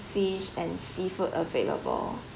fish and seafood available